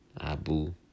Abu